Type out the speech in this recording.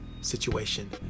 situation